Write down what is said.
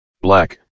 Black